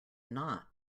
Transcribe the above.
not